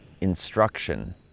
instruction